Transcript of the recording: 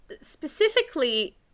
specifically